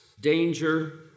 danger